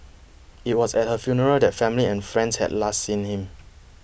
it was at her funeral that family and friends had last seen him